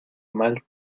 mal